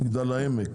מגדל העמק,